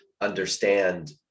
understand